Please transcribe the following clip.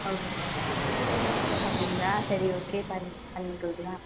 okay அப்படிங்களா சரி okay பண் பண்ணி கொடுக்கலாம்